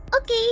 Okay